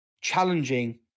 challenging